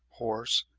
horse,